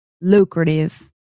lucrative